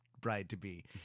bride-to-be